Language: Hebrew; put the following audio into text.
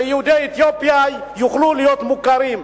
שיהודי אתיופיה יוכלו להיות מוכרים.